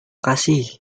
kasih